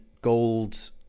gold